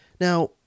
Now